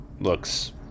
looks